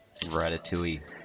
Ratatouille